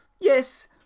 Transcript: yes